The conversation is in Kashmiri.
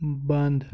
بنٛد